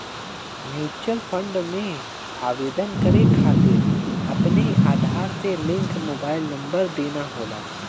mutual fund में आवेदन करे खातिर अपने आधार से लिंक मोबाइल नंबर देना होला